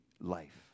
life